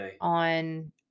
on